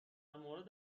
مورد